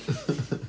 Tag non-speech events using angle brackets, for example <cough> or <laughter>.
<laughs>